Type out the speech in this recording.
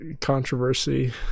controversy